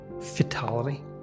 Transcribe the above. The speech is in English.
fatality